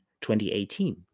2018